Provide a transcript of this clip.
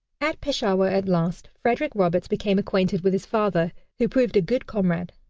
at peshawar at last frederick roberts became acquainted with his father, who proved a good comrade.